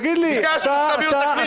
תגיד לי, אתה --- ביקשנו שתביאו תחליף.